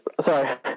Sorry